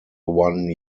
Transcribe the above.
one